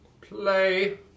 play